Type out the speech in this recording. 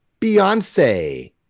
Beyonce